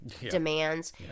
demands